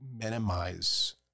minimize